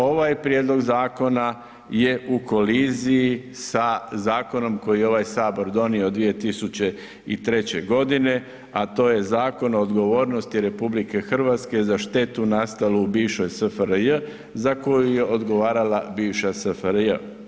Ovaj prijedlog zakona je u koliziji sa zakonom koji je ovaj sabor donio 2003. godina, a to je Zakon o odgovornosti RH za štetu nastalu u bivšoj SFRJ za koju je odgovarala bivša SFRJ.